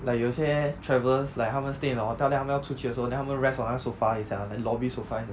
like 有些 travellers like 他们 stay in the hotel then 他们要出去的时候 then 他们 rest on 那个 sofa 一下 like lobby sofa 一下